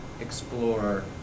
explore